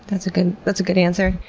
that's a good, that's a good answer.